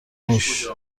موش